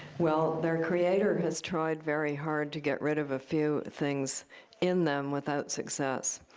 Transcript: well, their creator has tried very hard to get rid of a few things in them without success.